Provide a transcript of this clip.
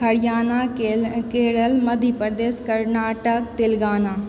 Haryana Kerala Madhya Pradesh Karnataka Telangana